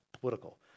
political